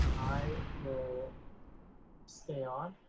i will stay on